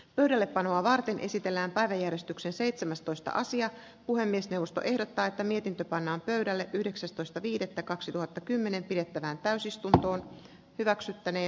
pöydällepanoa varten esitellään pari eristyksen seitsemästoista sija puhemiesneuvosto ehdottaa että mietintö pannaan pöydälle yhdeksästoista viidettä kaksituhattakymmenen pidettävään täysistuntoon hyväksyttänee